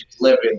living